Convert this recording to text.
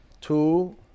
Two